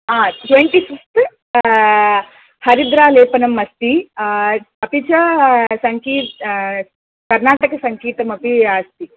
आं twenty fifth हरिद्रालेपनम् अस्ति अपि च कर्नाटकसङ्कीतमपि अस्ति